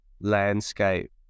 landscape